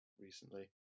recently